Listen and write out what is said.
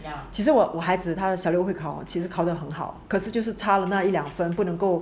ya 其实我的孩子小六会考考的很好可以就是差了那一两分不能够